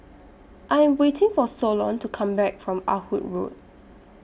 I Am waiting For Solon to Come Back from Ah Hood Road